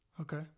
Okay